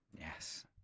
yes